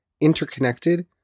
interconnected